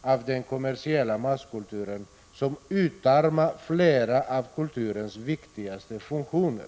av den kommersiella masskulturen, som utarmar flera av kulturens viktigaste funktioner.